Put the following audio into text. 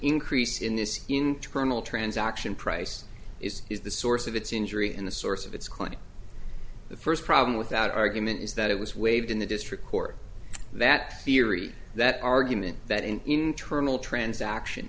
increase in this internal transaction price is is the source of its injury in the source of its client the first problem with that argument is that it was waived in the district court that theory that argument that an internal trans am action